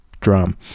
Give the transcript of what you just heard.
drum